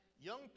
young